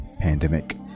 pandemic